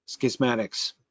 schismatics